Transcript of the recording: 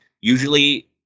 Usually